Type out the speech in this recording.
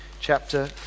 chapter